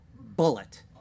bullet